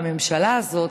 בממשלה הזאת,